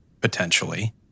potentially